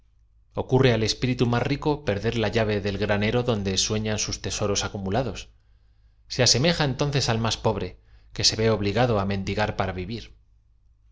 ocurre al espíritu más rico perder la lla ve del gra nero donde suefian sus tesoros acumulados se ase meja entonces al más pobre que se v e obligado á mendigar p ara v